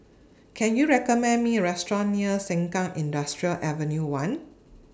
Can YOU recommend Me A Restaurant near Sengkang Industrial Avenue one